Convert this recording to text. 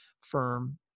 firm